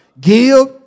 Give